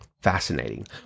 Fascinating